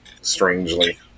strangely